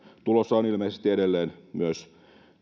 tulossa on ilmeisesti edelleen myös